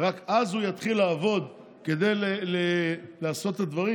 רק אז הוא יתחיל לעבוד כדי לעשות את הדברים.